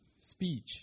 speech